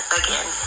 again